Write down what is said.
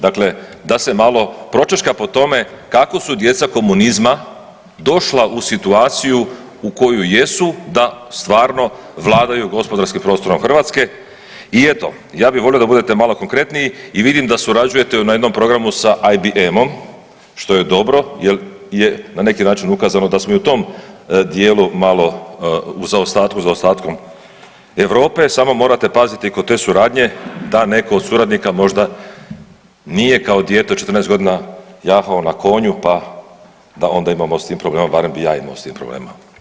Dakle, da se malo pročačka po tome kako su djeca komunizma došla u situaciju u kojoj jesu da stvarno vladaju gospodarskim prostorom Hrvatske i eto ja bi volio da budete malo konkretniji i vidim da surađujete na jednom programu s IBM-om što je dobro, jer je na neki način ukazano da smo i u tom dijelu malo u zaostatku za ostatkom Europe, samo morate paziti kod te suradnje da netko od suradnika možda nije kao dijete od 14 godina jahao na konju pa da onda imamo s tim problema, barem bi ja imao s tim problema.